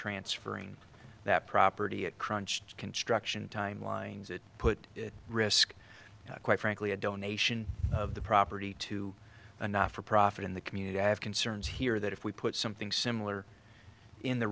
transferring that property it crunched construction timelines it put risk quite frankly a donation of the property to a not for profit in the community have concerns here that if we put something similar in the